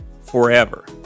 forever